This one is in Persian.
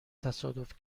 تصادف